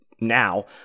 now